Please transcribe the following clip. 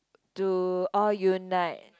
to all unite